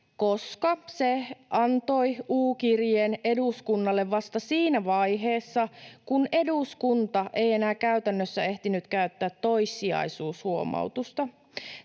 koska se antoi U‑kirjeen eduskunnalle vasta siinä vaiheessa, kun eduskunta ei enää käytännössä ehtinyt käyttää toissijaisuushuomautusta.